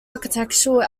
architectural